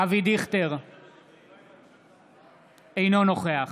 אינו נוכח